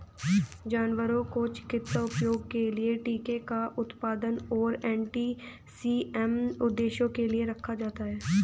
जानवरों को चिकित्सा उपयोग के लिए टीके का उत्पादन और एंटीसीरम उद्देश्यों के लिए रखा जाता है